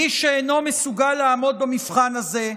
מי שאינו מסוגל לעמוד במבחן הזה,